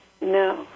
No